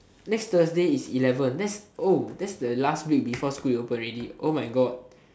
next thursday is eleven that's oh that's the last week before school reopen already oh my god